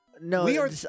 No